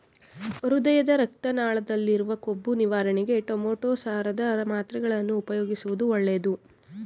ಹೃದಯದ ರಕ್ತ ನಾಳದಲ್ಲಿರುವ ಕೊಬ್ಬು ನಿವಾರಣೆಗೆ ಟೊಮೆಟೋ ಸಾರದ ಮಾತ್ರೆಗಳನ್ನು ಉಪಯೋಗಿಸುವುದು ಒಳ್ಳೆದು